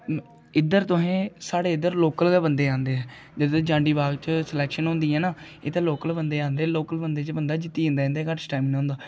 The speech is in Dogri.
इद्धर तुसें साढ़े इद्धर लोकल गै बंदे आंदे ऐ जिसलै जांडी बाग च सिलेक्शन होंदी ऐ ना इद्धर लोकल बंदे आंदे ते लोकल बंदे च बंदा जित्ती जंदा ऐ इं'दे च घट्ट स्टैमिना होंदा ऐ